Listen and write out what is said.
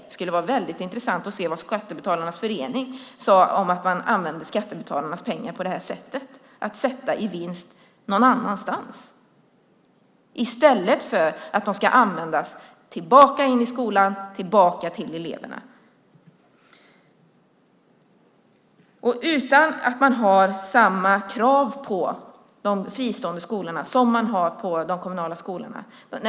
Det skulle vara väldigt intressant att höra vad Skattebetalarnas Förening säger om att man använder skattebetalarnas pengar på det här sättet, att man sätter vinsten någon annanstans i stället för att låta den komma tillbaka till skolan, tillbaka till eleverna. Detta sker utan att man har samma krav på de fristående skolorna som man har på de kommunala skolorna.